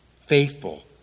faithful